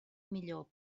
millor